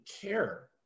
care